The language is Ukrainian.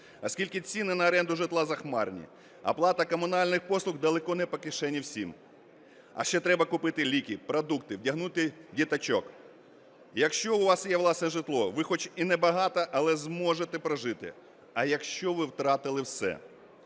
оскільки ціни на оренду житла захмарні, оплата комунальних послуг далеко не по кишені всім. А ще треба купити ліки, продукти, вдягнути діточок. Якщо у вас є власне житло, ви хоч і небагаті, але зможете прожити. А якщо ви втратили все,